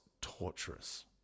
torturous